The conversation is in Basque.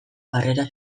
harrera